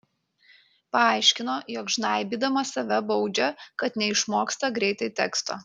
paaiškino jog žnaibydama save baudžia kad neišmoksta greitai teksto